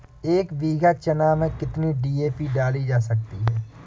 एक बीघा चना में कितनी डी.ए.पी डाली जा सकती है?